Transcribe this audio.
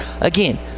Again